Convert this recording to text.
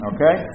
Okay